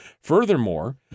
Furthermore